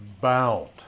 bound